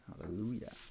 Hallelujah